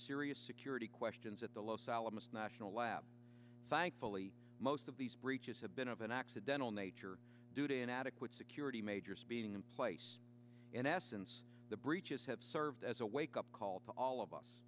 serious security questions at the los alamos national lab thankfully most of these breaches have been of an accidental nature due to inadequate security major speeding in place in essence the breaches have served as a wake up call to all of us